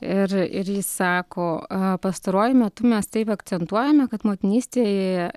ir ir ji sako a pastaruoju metu mes taip akcentuojame kad motinystė